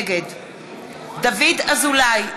נגד דוד אזולאי,